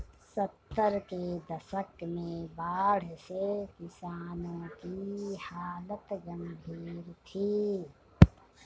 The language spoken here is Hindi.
सत्तर के दशक में बाढ़ से किसानों की हालत गंभीर थी